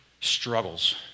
struggles